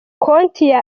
konti